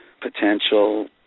potential